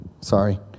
Sorry